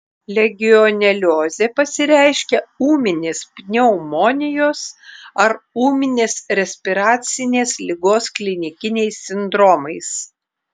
legioneliozė pasireiškia ūminės pneumonijos ar ūminės respiracinės ligos klinikiniais sindromais